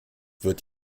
wird